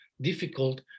difficult